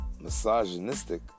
Misogynistic